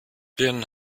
birnen